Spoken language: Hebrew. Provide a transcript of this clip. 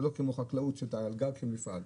שהיא לא כמו חקלאות כי זה על גג של מפעל,